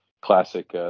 classic